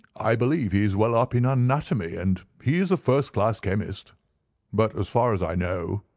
i believe he is well up in anatomy, and he is a first-class chemist but, as far as i know,